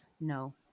no